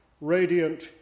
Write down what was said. radiant